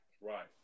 Right